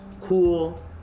cool